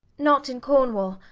not in cornwall.